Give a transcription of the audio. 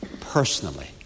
personally